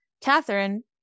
Catherine